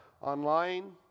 online